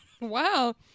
Wow